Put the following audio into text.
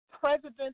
President